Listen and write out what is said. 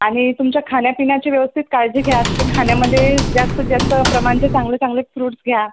आणि तुमच्या खाण्यापिण्याची व्यवस्थित काळजी घ्या त्या खाण्यामध्ये जास्तीत जास्त प्रमाणचे चांगले चांगले फ्रूटस् घ्या